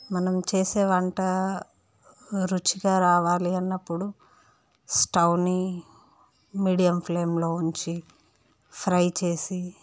మనం చేసే వంట రుచిగా రావాలి అన్నప్పుడు స్టవ్ని మీడియమ్ ఫ్లేమ్లో ఉంచి ఫ్రై చేసి